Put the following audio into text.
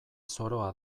zoroa